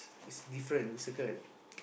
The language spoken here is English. is different we circle